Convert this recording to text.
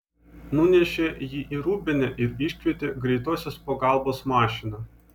nunešė jį į rūbinę ir iškvietė greitosios pagalbos mašiną